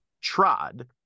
trod